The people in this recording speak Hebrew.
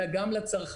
אלא גם לצרכנים.